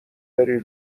بری